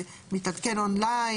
זה מתעדכן און ליין?